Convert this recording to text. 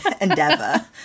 endeavor